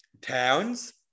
Towns